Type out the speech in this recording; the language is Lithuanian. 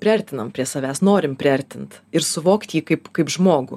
mes jį tarsi priartino prie savęs norime priartinti ir suvokt jį kaip kaip žmogų